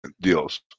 deals